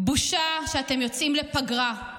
בושה שאתם יוצאים לפגרה,